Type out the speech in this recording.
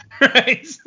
right